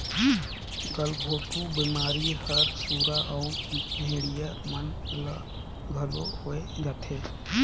गलघोंटू बेमारी हर सुरा अउ भेड़िया मन ल घलो होय जाथे